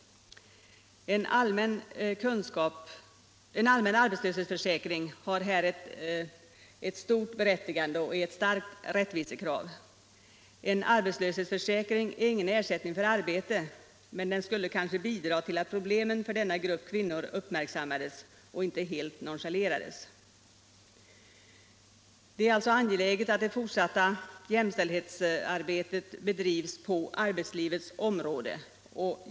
En allmän arbetslöshetsförsäkring har här ett stort berättigande och är ett starkt rättvisekrav. En arbetslöshetsförsäkring är ingen ersättning för arbete, men den skulle kanske bidra till att problemen för denna grupp kvinnor uppmärksammades och inte helt nonchalerades. Det är alltså angeläget med fortsatta jämställdhetsåtgärder på arbetslivets område.